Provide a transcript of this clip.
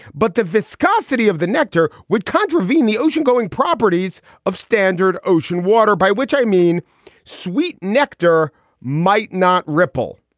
but the viscosity of the nectar would contravene the ocean-going properties of standard ocean water, by which i mean sweet nectar might not repel.